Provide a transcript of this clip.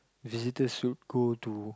visitors should go to